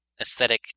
aesthetic